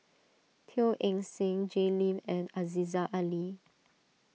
Teo Eng Seng Jay Lim and Aziza Ali